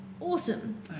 awesome